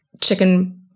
chicken